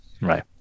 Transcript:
right